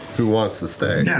who wants to stay. yeah